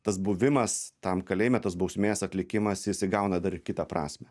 tas buvimas tam kalėjime tas bausmės atlikimas jis įgauna dar ir kitą prasmę